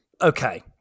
Okay